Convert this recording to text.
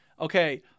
okay